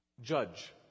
Judge